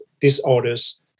Disorders